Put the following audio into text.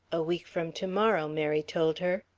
a week from to-morrow, mary told her.